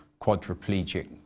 quadriplegic